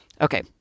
Okay